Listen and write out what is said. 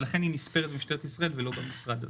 ולכן היא נספרת במשטרת ישראל ולא במשרד.